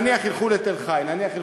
אתם יודעים, היום בבוקר